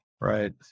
Right